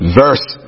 verse